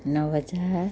નવ હજાર